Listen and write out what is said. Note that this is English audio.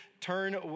Turn